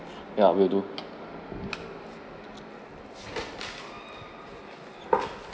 ya will do